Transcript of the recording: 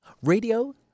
Radio